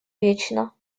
вечно